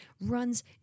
runs